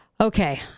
Okay